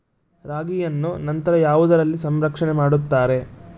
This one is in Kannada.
ರಾಗಿಯನ್ನು ನಂತರ ಯಾವುದರಲ್ಲಿ ಸಂರಕ್ಷಣೆ ಮಾಡುತ್ತಾರೆ?